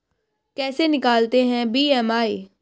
कैसे निकालते हैं बी.एम.आई?